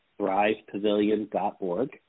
Thrivepavilion.org